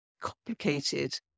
complicated